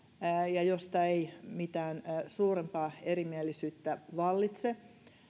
ja josta ei mitään suurempaa erimielisyyttä vallitse